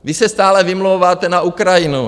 Vy se stále vymlouváte na Ukrajinu.